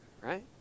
right